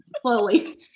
slowly